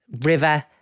river